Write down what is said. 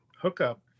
hookup